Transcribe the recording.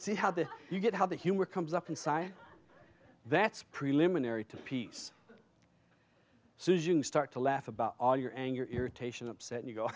see how this you get how the humor comes up inside that's preliminary to peace so you start to laugh about all your anger irritation upset you go